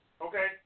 Okay